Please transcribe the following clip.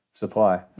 supply